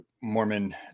Mormon